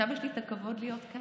ועכשיו יש לי את הכבוד להיות כאן,